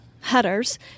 headers